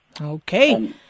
Okay